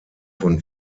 von